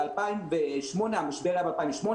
ב-2008 המשבר היה ב-2008,